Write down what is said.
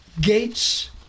Gates